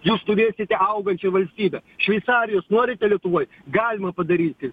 jūs turėsite augančią valstybę šveicarijos norite lietuvoj galima padaryti